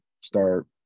start